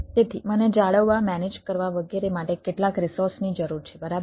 તેથી મને જાળવવા મેનેજ કરવા વગેરે માટે કેટલા રિસોર્સની જરૂર છે બરાબર